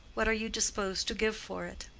what are you disposed to give for it?